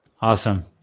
Awesome